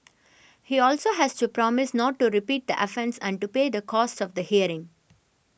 he also has to promise not to repeat the offence and to pay the cost of the hearing